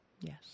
Yes